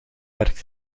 werkt